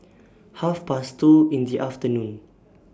Half Past two in The afternoon